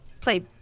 play